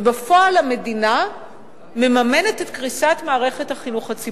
ובפועל המדינה מממנת את קריסת מערכת החינוך הציבורית.